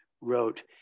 wrote